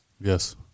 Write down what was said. Yes